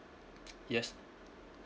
yes